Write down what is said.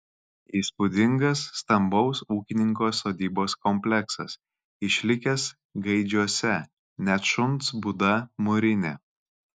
įspūdingas stambaus ūkininko sodybos kompleksas išlikęs gaidžiuose net šuns būda mūrinė